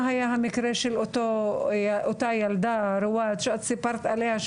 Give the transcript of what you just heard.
היה אותו המקרה של הילדה שאת ריוואד סיפרת עליה,